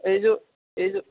এইযোৰ এইযোৰ